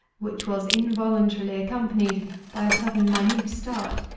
which was involuntarily accompanied by a sudden minute start,